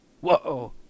whoa